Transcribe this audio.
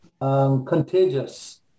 Contagious